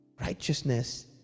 Righteousness